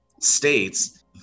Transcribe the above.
states